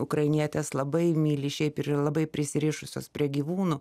ukrainietės labai myli šiaip labai prisirišusios prie gyvūnų